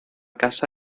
casa